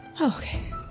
Okay